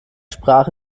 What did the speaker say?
sprach